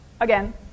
again